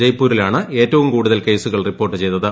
ജയ്പൂരിലാണ് ഏറ്റവും കൂടുതൽ ക്ട്സുകൾ റിപ്പോർട്ട് ചെയ്തത്